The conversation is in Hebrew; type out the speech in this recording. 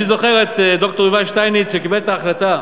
אני זוכר את ד"ר יובל שטייניץ כשקיבל את ההחלטה,